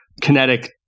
kinetic